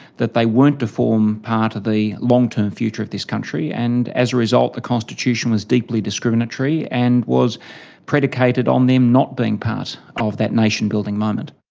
that they weren't to form part of the long-term future of this country. and as a result, the constitution was deeply discriminatory and was predicated on them not being part of that nation building moment.